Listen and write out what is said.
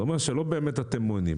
זה אומר שלא באמת אתם מונעים.